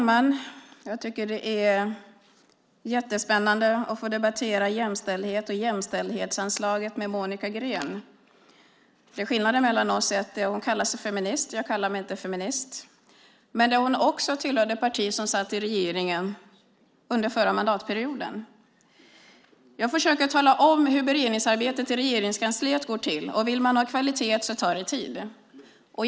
Herr talman! Det är spännande att få debattera jämställdhet och jämställdhetsanslaget med Monica Green. Skillnaden mellan oss är att hon kallar sig för feminist och att jag inte kallar mig för feminist. Men hon tillhör också det parti som satt i regeringen under förra mandatperioden. Jag försöker tala om hur beredningsarbetet i Regeringskansliet går till. Vill man ha kvalitet tar det tid.